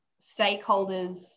stakeholders